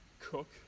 cook